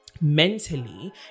mentally